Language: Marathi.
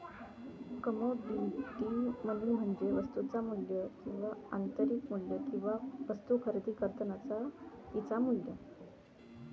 कमोडिटी मनी म्हणजे वस्तुचा मू्ल्य किंवा आंतरिक मू्ल्य किंवा वस्तु खरेदी करतानाचा तिचा मू्ल्य